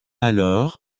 Alors